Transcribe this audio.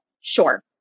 Sure